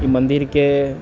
ई मन्दिरके